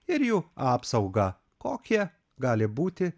ir jų apsaugą kokie gali būti